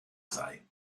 sei